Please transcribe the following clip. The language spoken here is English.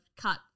cut